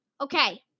Okay